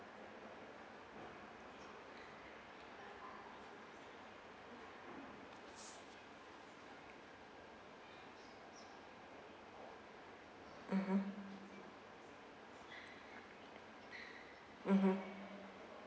mmhmm mmhmm